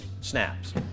snaps